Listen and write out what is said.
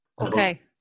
Okay